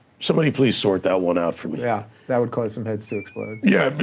somebody please sort that one out for me. yeah, that would come some heads to explode. yeah, but